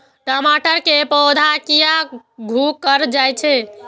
टमाटर के पौधा किया घुकर जायछे?